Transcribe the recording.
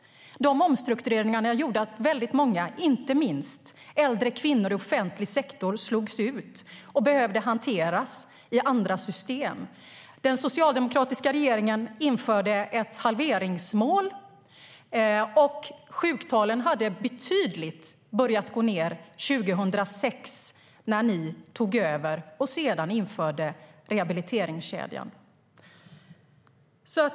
Omstruktureringarna gjorde att många, inte minst äldre kvinnor i offentlig sektor, slogs ut och behövde hanteras i andra system. Den socialdemokratiska regeringen införde ett halveringsmål, och sjuktalen hade börjat gå ned betydligt 2006 när ni tog över och sedan införde rehabiliteringskedjan.